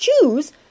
choose